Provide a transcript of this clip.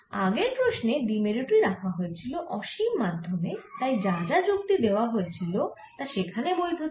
আগের প্রশ্নে দ্বিমেরু টি রাখা হয়েছিল অসীম মাধ্যমে তাই যা যা যুক্তি দেওয়া হয়েছিল তা সেখানেই বৈধ ছিল